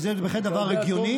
וזה בהחלט דבר הגיוני,